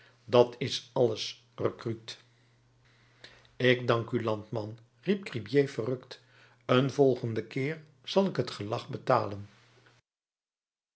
dat is alles rekruut ik dank u landman riep gribier verrukt een volgenden keer zal ik het gelag betalen